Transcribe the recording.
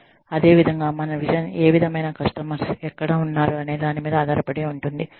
అదేవిధంగా మన విజన్ ఏ విధమైన కష్టమర్స్ ఎక్కడ ఉన్నారు అనే దానిమీద ఆధారపడి ఉంటుంది